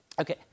Okay